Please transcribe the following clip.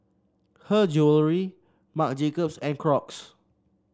Her Jewellery Marc Jacobs and Crocs